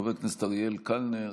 חבר הכנסת אריאל קלנר,